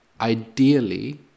ideally